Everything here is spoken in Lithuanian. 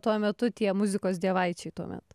tuo metu tie muzikos dievaičiai tuomet